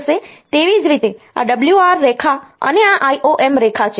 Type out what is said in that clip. તેવી જ રીતે આ WR રેખા અને આ IOM રેખા છે